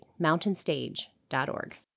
MountainStage.org